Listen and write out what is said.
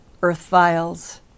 Earthfiles